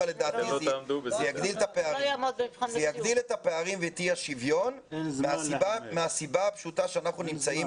זה יגדיל את הפערים ואת אי השוויון מהסיבה הפשוטה שאנחנו נמצאים